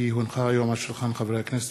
כי הונחה היום על שולחן הכנסת,